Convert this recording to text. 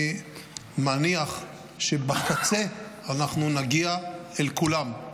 אני מניח שבקצה אנחנו נגיע אל כולם,